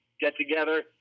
get-together